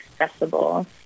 accessible